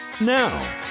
Now